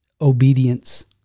obedience